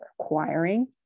acquiring